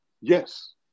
Yes